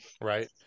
right